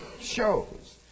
shows